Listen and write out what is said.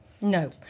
No